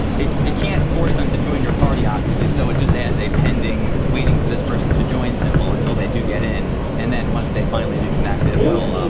it it can't force them to join your party obviously so it just adds a pending waiting for this person to join symbol until they do get in and once they finally do connect it will